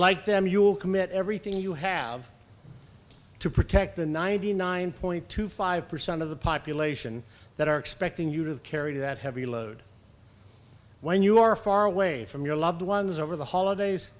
them you will commit everything you have to protect the ninety nine point two five percent of the population that are expecting you to carry that heavy load when you are far away from your loved ones over the holidays